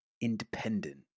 independent